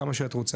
כמה שאת רוצה,